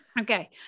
Okay